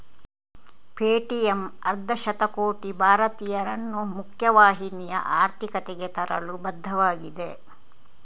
Paytm ಅರ್ಧ ಶತಕೋಟಿ ಭಾರತೀಯರನ್ನು ಮುಖ್ಯ ವಾಹಿನಿಯ ಆರ್ಥಿಕತೆಗೆ ತರಲು ಬದ್ಧವಾಗಿದೆ